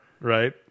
right